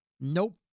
Nope